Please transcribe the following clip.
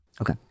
Okay